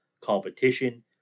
competition